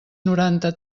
noranta